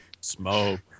Smoke